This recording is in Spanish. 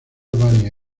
albania